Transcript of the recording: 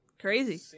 Crazy